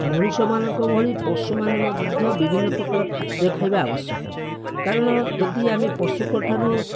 ମଣିଷ ମାନଙ୍କ ଭଳି ପଶୁମାନେ ମଧ୍ୟ ବିଭିନ୍ନ ପ୍ରକାର ଖାଦ୍ୟ ଖାଇବା ଆବଶ୍ୟକ କାରଣ ଯଦି ଆମେ ପଶୁଙ୍କଠାରୁ